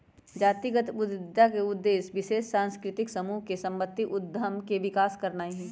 जातिगत उद्यमिता का उद्देश्य विशेष सांस्कृतिक समूह से संबंधित उद्यम के विकास करनाई हई